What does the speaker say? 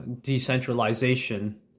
decentralization